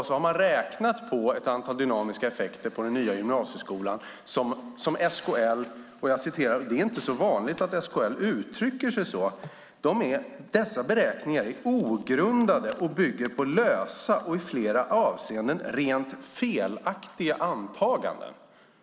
Så har man räknat på ett antal dynamiska effekter för den nya gymnasieskolan, och SKL skriver - det är inte vanligt att SKL uttrycker sig så - att dessa beräkningar är ogrundade och bygger på lösa och i flera avseenden rent felaktiga antaganden.